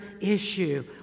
issue